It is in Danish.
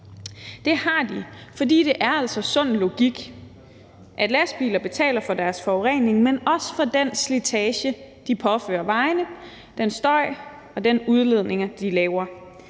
Det har de, fordi det altså er sund logik, at lastbiler betaler for deres forurening, men også for den slitage, de påfører vejene, og den støj og den udledning, de laver.